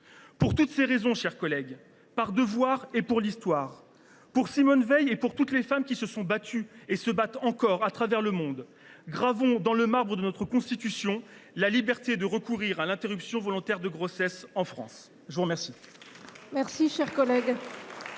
Pour toutes ces raisons, mes chers collègues, par devoir et pour l’histoire, pour Simone Veil et pour toutes les femmes qui se sont battues et se battent encore à travers le monde, gravons dans le marbre de notre Constitution la liberté de recourir à l’interruption volontaire de grossesse en France ! La parole